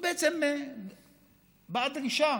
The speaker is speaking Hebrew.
בעצם באה דרישה